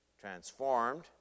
transformed